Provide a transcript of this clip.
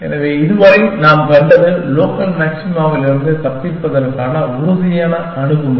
எனவே இதுவரை நாம் கண்டது லோக்கல் மாக்சிமாவிலிருந்து தப்பிப்பதற்கான உறுதியான அணுகுமுறை